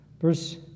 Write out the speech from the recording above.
verse